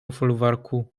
folwarku